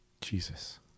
Jesus